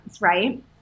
right